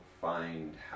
find